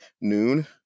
noon